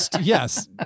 yes